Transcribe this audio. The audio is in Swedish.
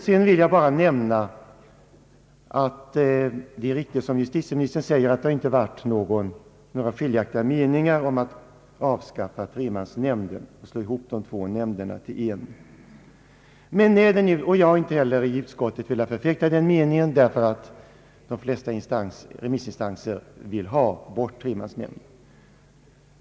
Sedan vill jag bara nämna att det är riktigt som justitieministern säger att det inte har varit några skiljaktiga meningar om att avskaffa tremansnämnden och slå ihop de två nu befintliga nämnderna till en. Eftersom de flesta remissinstanser vill ha bort tremansnämnden, har jag inte heller i utskottet velat förfäkta någon annan uppfattning.